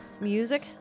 music